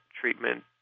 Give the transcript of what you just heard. treatment